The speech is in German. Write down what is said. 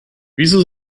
wieso